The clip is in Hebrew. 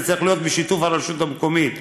זה צריך להיות בשיתוף הרשות המקומית.